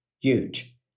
huge